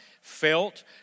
felt